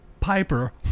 piper